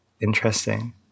interesting